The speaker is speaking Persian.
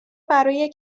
برای